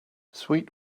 sweet